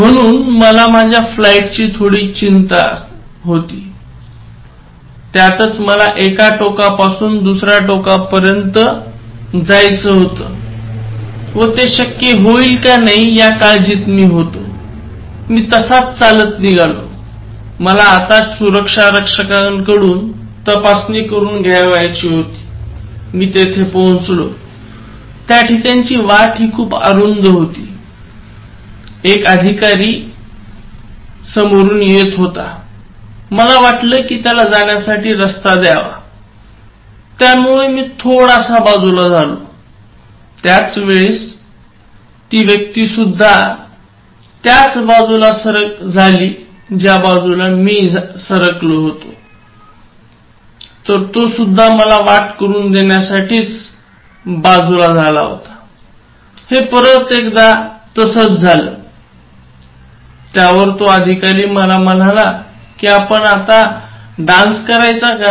म्हणून मला माझ्या फ्लाइटची थोडी काळजी होती मला एका टोकापासून दुसऱ्या टोकापर्यंत जाणं शक्य होईल कि नाही याच्या काळजीत मी होतो मी तसाच चालत निघालो मला आता सुरक्षारक्षकांकडून तपासणी करून घायची होती मी तिथे पोहोचलो त्याठिकाणची वाट हि खूप अरुंद होती एक अधिकारी येत होता मला वाटलं कि त्याला जाण्यासाठी रास्ता द्यावा त्यामुळे मी थोडासा बाजूला झालो त्याचवेळी तो सुद्धा त्याच बाजूला सरकला मग मी दुसऱ्या बाजूला गेलो तर तो सुद्धा मला वाट करून देण्यासाठी त्याच बाजूला आला आणि हे परत एकदा झाला त्यावर तो अधिकारी मला म्हणाला कि आपण डान्स करायचा का